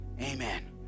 Amen